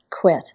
quit